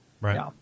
Right